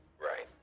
right